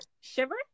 shiver